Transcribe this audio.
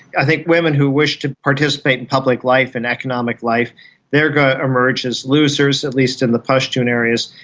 i think women who wish to participate in public life, in economic life they are going to emerge as losers, at least in the pashtun areas.